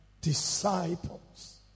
disciples